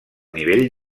nivell